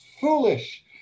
foolish